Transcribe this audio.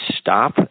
stop